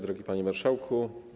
Drogi Panie Marszałku!